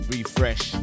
Refresh